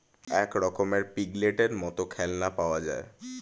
এক রকমের পিগলেটের মত খেলনা পাওয়া যায়